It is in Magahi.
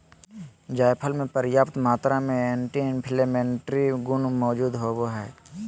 जायफल मे प्रयाप्त मात्रा में एंटी इंफ्लेमेट्री गुण मौजूद होवई हई